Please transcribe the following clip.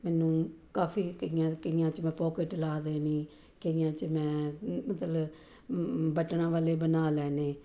ਮੈਨੂੰ ਕਾਫੀ ਕਈਆਂ ਕਈਆਂ 'ਚ ਮੈਂ ਪੋਕਟ ਲਾ ਦੇਣੀ ਕਈਆਂ 'ਚ ਮੈਂ ਮਤਲਬ ਬਟਨਾਂ ਵਾਲੇ ਬਣਾ ਲੈਣੇ